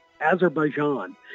Azerbaijan